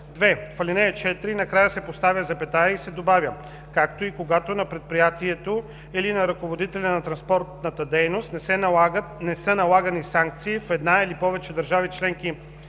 2. В ал. 4 накрая се поставя запетая и се добавя: „както и когато на предприятието или на ръководителя на транспортната дейност не са налагани санкции в една или повече държави–членки